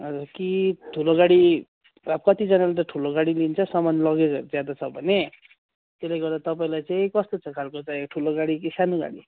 हजुर कि ठुलो गाडी अब कतिजनाले त ठुलो गाडी लिन्छ सामान लगेजहरू ज्यादा छ भने त्यसले गर्दा तपाईँलाई चाहिँ कस्तो छ खालको चाहियो ठुलो गाडी कि सानो गाडी